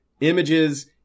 images